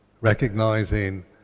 recognizing